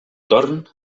torn